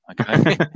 Okay